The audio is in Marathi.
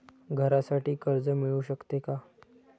घरासाठी कर्ज मिळू शकते का?